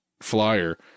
flyer